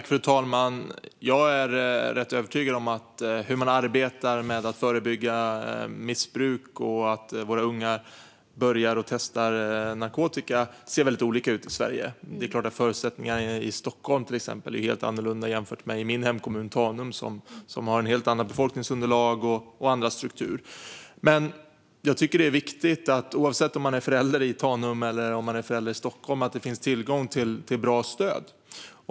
Fru talman! Jag är rätt övertygad om att hur man arbetar med att förebygga missbruk och att våra unga börjar testa narkotika ser väldigt olika ut i Sverige. Det är klart att förutsättningarna i Stockholm är helt annorlunda än i min hemkommun Tanum, som har ett helt annat befolkningsunderlag och en annan struktur. Men oavsett om man är förälder i Tanum eller i Stockholm tycker jag att det är viktigt att det finns tillgång till bra stöd.